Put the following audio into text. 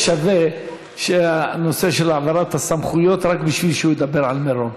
היה שווה הנושא של העברת הסמכויות רק בשביל שהוא ידבר על מירון.